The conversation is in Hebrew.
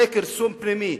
זה כרסום פנימי,